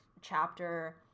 chapter